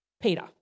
Peter